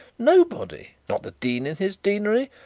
nobody! not the dean in his deanery,